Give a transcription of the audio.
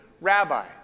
rabbi